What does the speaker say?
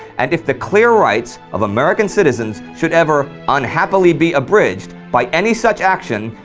and if the clear rights of american citizens should ever unhappily be abridged. by any such action,